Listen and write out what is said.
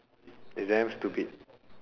it's damn stupid